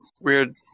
weird